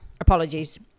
apologies